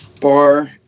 bar